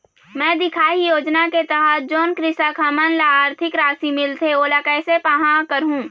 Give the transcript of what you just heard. मैं दिखाही योजना के तहत जोन कृषक हमन ला आरथिक राशि मिलथे ओला कैसे पाहां करूं?